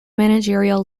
managerial